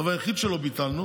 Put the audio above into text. הדבר היחיד שלא ביטלנו